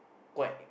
quite